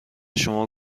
شما